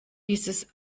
dieses